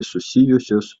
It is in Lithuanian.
susijusios